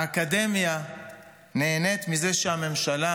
האקדמיה נהנית מזה שהממשלה,